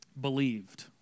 believed